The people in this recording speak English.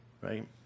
right